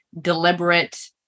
deliberate